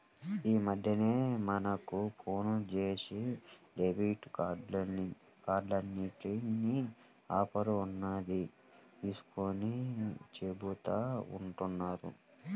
యీ మద్దెన మనకు ఫోన్ జేసి క్రెడిట్ కౌన్సిలింగ్ ఆఫర్ ఉన్నది తీసుకోమని చెబుతా ఉంటన్నారు